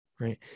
right